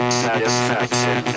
satisfaction